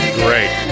great